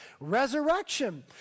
resurrection